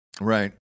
Right